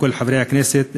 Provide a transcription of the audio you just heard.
לכל חברי הכנסת,